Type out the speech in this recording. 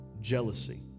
jealousy